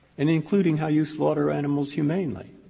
and including how you slaughter animals humanely.